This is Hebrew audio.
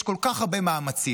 יש כל כך הרבה מאמצים,